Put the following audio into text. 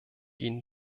ihnen